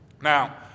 Now